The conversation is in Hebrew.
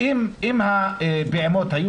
אם הפעימות היו